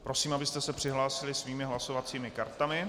Prosím, abyste se přihlásili svými hlasovacími kartami.